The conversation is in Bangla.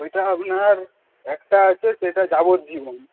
ওইটা আপনার একটা আছে সেটা যাবজ্জীবন